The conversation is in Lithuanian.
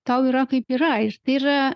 tau yra kaip yra ir tai yra